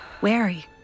wary